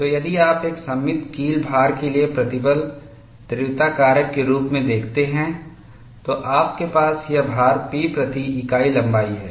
तो यदि आप एक सममित कील भार के लिए प्रतिबल तीव्रता कारक के रूप में देखते हैं तो आपके पास यह भार P प्रति इकाई लंबाई है